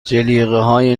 جلیقههای